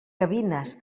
gavines